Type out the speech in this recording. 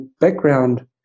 background